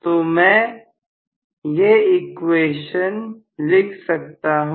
तो मैं यह क्वेश्चन लिख सकता हूं